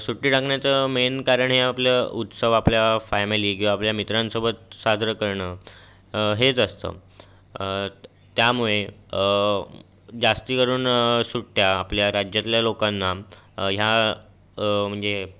सुट्टी टाकण्याचं मेन कारण हे आपलं उत्सव आपल्या फॅमिली किंवा आपल्या मित्रांसोबत साजरं करणं हेच असतं त्यामुळे जास्तीकरून सुट्ट्या आपल्या राज्यातल्या लोकांना ह्या म्हणजे